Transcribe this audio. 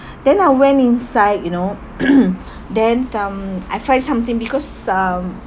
then I went inside you know then um I find something because um